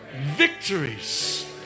victories